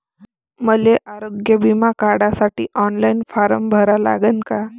मले आरोग्य बिमा काढासाठी ऑनलाईन फारम भरा लागन का?